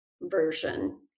version